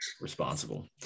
responsible